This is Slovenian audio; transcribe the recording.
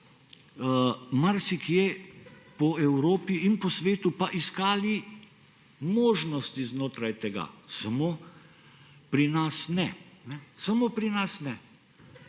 marsikje po Evropi in po svetu pa iskali možnosti znotraj tega, samo pri nas ne. Samo pri nas ne.